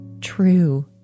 true